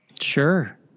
Sure